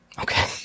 Okay